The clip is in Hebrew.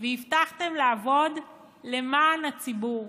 והבטחתם לעבוד למען הציבור.